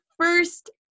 first